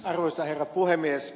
arvoisa herra puhemies